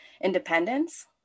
independence